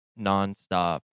nonstop